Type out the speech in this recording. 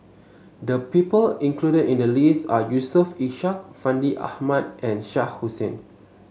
the people included in the list are Yusof Ishak Fandi Ahmad and Shah Hussain